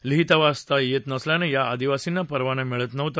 लिहिता वाचता येत नसल्यानं या आदिवासींना परवाना मिळत नव्हता